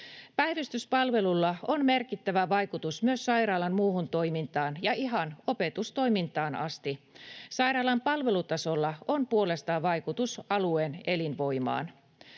Päivystyspalvelulla on merkittävä vaikutus myös sairaalan muuhun toimintaan ja ihan opetustoimintaan asti. Sairaalan palvelutasolla on puolestaan vaikutus alueen elinvoimaan.